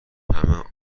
همه